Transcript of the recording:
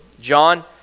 John